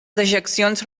dejeccions